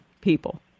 people